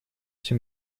все